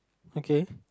okay